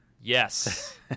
Yes